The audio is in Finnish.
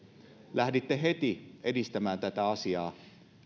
lähditte heti edistämään tätä asiaa